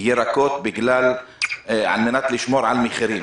ירקות על מנת לשמור על מחירים.